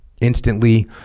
Instantly